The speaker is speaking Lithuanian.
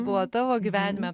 buvo tavo gyvenime